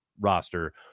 roster